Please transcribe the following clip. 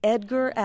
Edgar